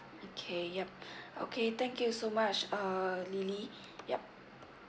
okay yup okay thank you so much uh lily yup